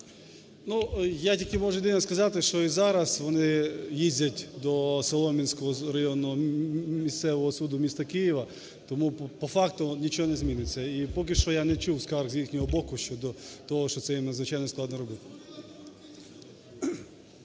я тільки можу єдине сказати. Що і зараз вони їздять до Солом'янського районного місцевого суду міста Києва. Тому по факту нічого не зміниться. І поки що я не чув скарг з їхнього боку щодо того, що це є надзвичайно складно робити.